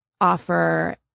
offer